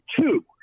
Two